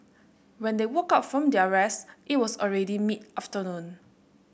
when they woke up from their rest it was already mid afternoon